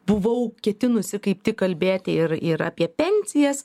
buvau ketinusi kaip tik kalbėti ir ir apie pensijas